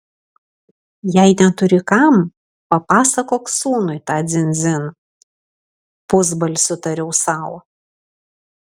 jei neturi kam papasakok sūnui tą dzin dzin pusbalsiu tariau sau